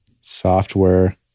software